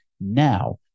now